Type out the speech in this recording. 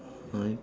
I